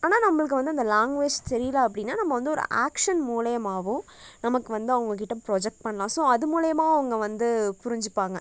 ஆனால் நம்மளுக்கு வந்து அந்த லேங்குவேஜ் தெரியல அப்படின்னா நம்ம வந்து ஒரு ஆக்ஷன் மூலிமாவும் நமக்கு வந்து அவங்ககிட்ட புரொஜெக்ட் பண்ணலாம் ஸோ அது மூலிமா அவங்க வந்து புரிஞ்சிப்பாங்க